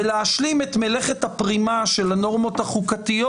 ולהשלים את מלאכת הפרימה של הנורמות החוקתיות.